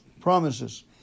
promises